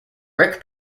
rick